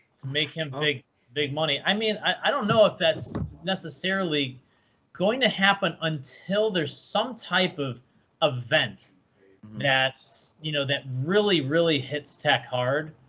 making big big money. i mean, i don't know if that's necessarily going to happen until there's some type of event you know that really, really hits tech hard.